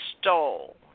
stole